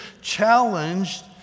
challenged